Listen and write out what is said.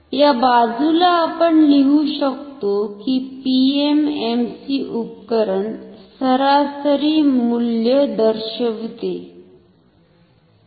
या बाजुला आपण लिहू शकतो की PMMC उपकरण सरासरी मुल्य दर्शविते का